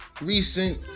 recent